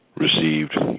received